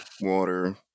water